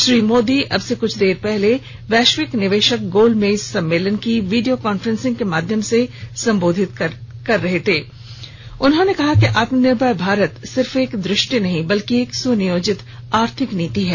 श्री मोदी अब से कुछ देर पहले वैश्विक निवेशक गोलमेज सम्मेलन की वीडियो कॉन्फ्रेंसिंग के माध्यम से संबोधित करते हुए कहा कि आत्मनिर्भर भारत सिर्फ एक दृष्टि नहीं है बल्कि एक सुनयोजित आर्थिक नीति है